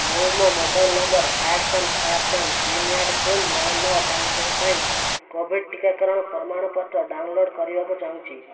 ମୁଁ ମୋ mobile number ଆଠ ପାଞ୍ଚ ସାତ ପାଞ୍ଚ ତିନ ଆଠ ଶୂନ ନଅ ନଅ ପାଞ୍ଚ ଏକ ପାଇଁ କୋଭିଡ଼୍ ଟିକାକରଣ ପ୍ରମାଣପତ୍ର ଡାଉନଲୋଡ଼୍ କରିବାକୁ ଚାହୁଁଛି